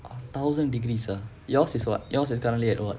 a thousand degrees uh yours is what yours is currently at what